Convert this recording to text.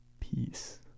peace